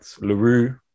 LaRue